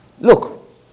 Look